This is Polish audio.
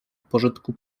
pożytku